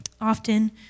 Often